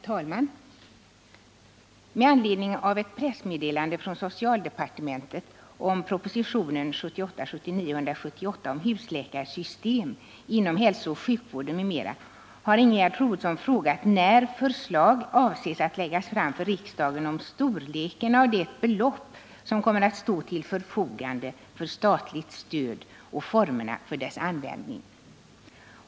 Herr talman! Med anledning av ett pressmeddelande från socialdepartementet om propositionen 1978/79:178 om husläkarsystem inom hälsooch sjukvården m.m. har Ingegerd Troedsson frågat när förslag avses att läggas fram för riksdagen om storleken av det belopp som kommer att stå till förfogande för statligt stöd och formerna för dess användning.